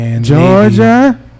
Georgia